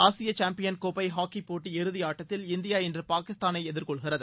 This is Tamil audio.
ஆசிய சாம்பியன் கோப்பை ஹாக்கிப் போட்டி இறதியாட்டத்தில் இந்தியா இன்று பாகிஸ்தானை எதிர்கொள்கிறது